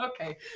Okay